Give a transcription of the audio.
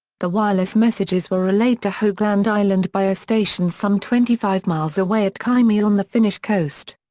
the wireless messages were relayed to hogland island by a station some twenty five miles away at kymi on the finnish coast.